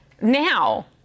now